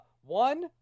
one